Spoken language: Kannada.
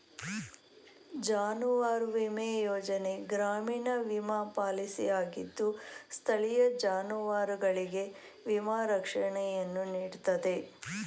ಜಾನುವಾರು ವಿಮಾ ಯೋಜನೆ ಗ್ರಾಮೀಣ ವಿಮಾ ಪಾಲಿಸಿಯಾಗಿದ್ದು ಸ್ಥಳೀಯ ಜಾನುವಾರುಗಳಿಗೆ ವಿಮಾ ರಕ್ಷಣೆಯನ್ನು ನೀಡ್ತದೆ